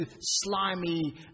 slimy